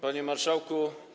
Panie Marszałku!